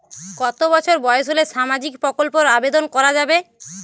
কত বছর বয়স হলে সামাজিক প্রকল্পর আবেদন করযাবে?